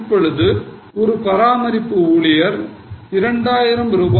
இப்பொழுது ஒரு பராமரிப்பு ஊழியர் ரூ